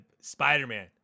Spider-Man